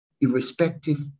irrespective